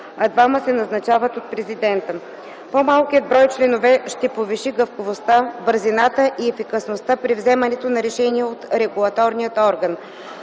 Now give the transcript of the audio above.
а двама се назначават от Президента. По-малкият брой членове ще повиши гъвкавостта, бързината и ефикасността при вземането на решения от регулаторния орган.